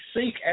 seek